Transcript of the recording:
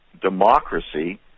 democracy